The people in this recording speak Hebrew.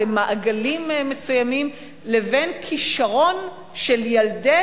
בין מעגלים מסוימים לבין כשרון של ילדי